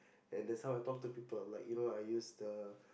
and that's how I talk to people like you know I use the